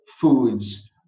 foods